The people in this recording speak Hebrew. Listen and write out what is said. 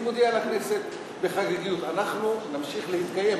אני מודיע לכנסת בחגיגיות: אנחנו נמשיך להתקיים,